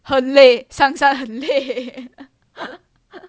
很累上山很累